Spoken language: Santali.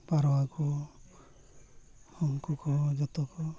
ᱯᱟᱨᱣᱟ ᱠᱚ ᱩᱱᱠᱩ ᱠᱚ ᱡᱚᱛᱚ ᱠᱚ